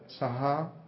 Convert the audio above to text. Saha